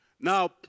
Now